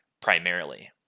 primarily